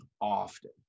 often